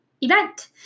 event